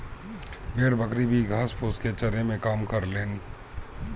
भेड़ बकरी भी घास फूस के चरे में काम करेलन